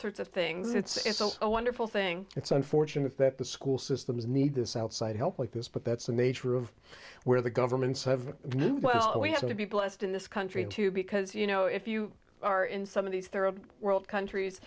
sorts of things it's a wonderful thing it's unfortunate that the school systems need this outside help like this but that's the nature of where the governments of new well we have to be blessed in this country too because you know if you are in some of these third world countries